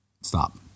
Stop